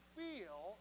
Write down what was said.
feel